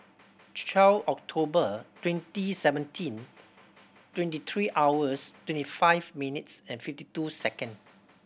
twelve October twenty seventeen twenty three hours thirty five minutes and fifty two second